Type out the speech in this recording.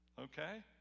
okay